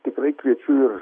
tikrai kviečiu ir